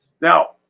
Now